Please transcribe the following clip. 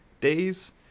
days